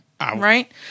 Right